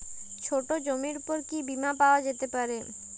ছোট জমির উপর কি বীমা পাওয়া যেতে পারে?